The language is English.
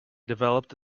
developed